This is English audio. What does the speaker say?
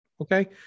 Okay